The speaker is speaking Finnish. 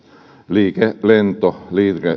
liikelento